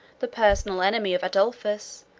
the personal enemy of adolphus,